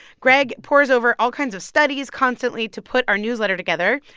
greg pours over all kinds of studies constantly to put our newsletter together.